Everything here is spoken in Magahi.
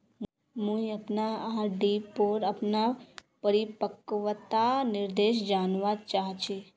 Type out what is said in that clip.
मुई अपना आर.डी पोर अपना परिपक्वता निर्देश जानवा चहची